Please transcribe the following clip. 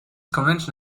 convention